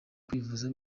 kwivuza